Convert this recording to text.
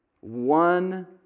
one